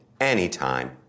anytime